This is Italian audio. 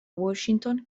washington